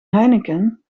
heineken